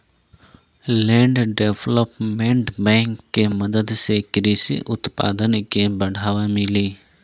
land development bank के मदद से कृषि उत्पादन के बढ़ावा मिली